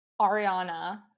ariana